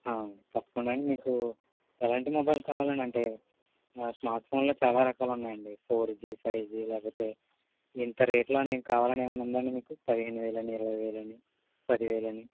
ఆ తప్పకుండా అండి మీకు ఎలాంటి మొబైల్ కావాలంటే స్మార్ట్ ఫోన్లో చాలా రకాలు ఉన్నాయండి ఫోర్ జీ ఫైవ్ జీ లేకపోతే ఇంత రేట్లో అని కావాలని ఏమన్నా ఉందా అండి మీకు పదిహేనువేలని ఇరవైవేలని పదివేలని